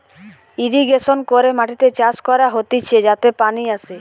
irrigation করে মাটিতে চাষ করা হতিছে যাতে পানি আসে